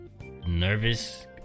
nervous